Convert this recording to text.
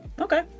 Okay